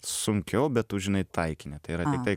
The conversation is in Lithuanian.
sunkiau bet tu žinai taikinį tai yra tiktai